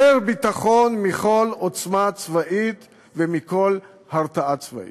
ביטחון מכל עוצמה צבאית ומכל הרתעה צבאית.